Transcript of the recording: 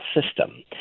system